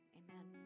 amen